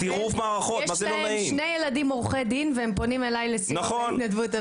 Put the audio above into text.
יש להם שני ילדים עורכי דין והם פונים אליי לסיוע בהתנדבות.